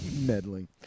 meddling